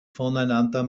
voneinander